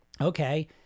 Okay